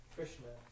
Krishna